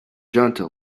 junta